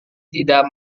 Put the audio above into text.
tidak